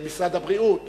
משרד הבריאות?